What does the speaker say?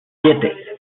siete